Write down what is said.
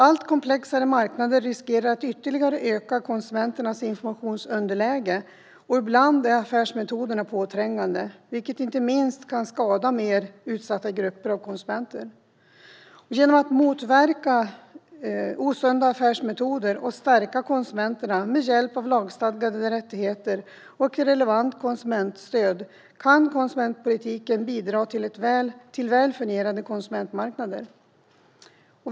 Allt komplexare marknader riskerar att ytterligare öka konsumenternas informationsunderläge, och ibland är affärsmetoderna påträngande, vilket inte minst kan skada mer utsatta grupper av konsumenter. Genom att motverka osunda affärsmetoder och stärka konsumenterna med hjälp av lagstadgade rättigheter och ett relevant konsumentstöd kan konsumentpolitiken bidra till väl fungerande konsumentmarknader.